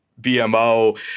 BMO